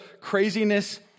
craziness